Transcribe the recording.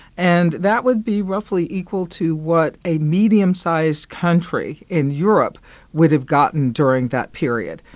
and that would be roughly equal to what a medium-sized country in europe would've gotten during that period.